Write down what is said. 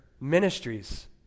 ministries